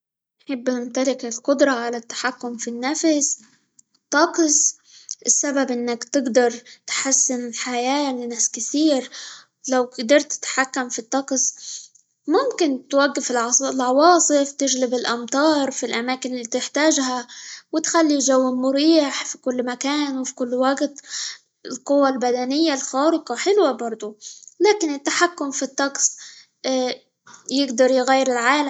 أحب أمتلك القدرة على التحكم في -النفس- الطقس؛ السبب إنك تقدر تحسن الحياة لناس كثير لو قدرت تتحكم في الطقس، ممكن توقف -الع- العواصف، تجلب الأمطار في الأماكن اللي تحتاجها، وتخلي جو مريح في كل مكان، وفي كل وقت، القوة البدنية الخارقة حلوة برضو، لكن التحكم في الطقس يقدر يغير العالم.